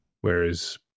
whereas